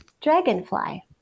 dragonfly